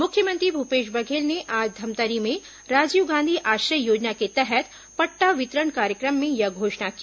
मुख्यमंत्री भूपेश बघेल ने आज धमतरी में राजीव गांधी आश्रय योजना के तहत पटटा वितरण कार्यक्रम में यह चोषणा की